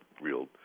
real